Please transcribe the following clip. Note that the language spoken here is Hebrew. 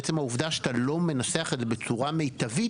עצם העובדה שאתה לא מנסח את זה בצורה מיטבית,